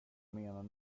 menar